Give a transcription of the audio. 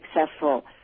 successful